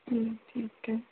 हम्म ठीकु आहे